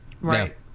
Right